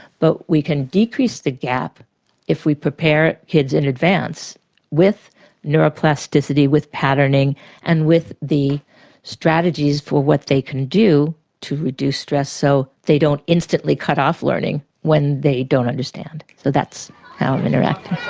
but we can decrease the gap if we prepare kids in advance with neuroplasticity, with patterning and with the strategies for what they can do to reduce stress so they don't instantly cut off learning when they don't understand. so that's how i'm interacting.